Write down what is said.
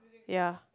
ya